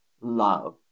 love